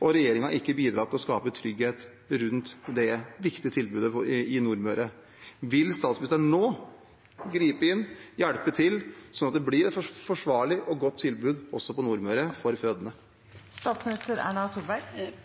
Regjeringen har ikke bidratt til å skape trygghet rundt det viktige tilbudet på Nordmøre. Vil statsministeren nå gripe inn, hjelpe til, sånn at det blir et forsvarlig og godt tilbud for fødende også på Nordmøre?